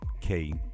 Key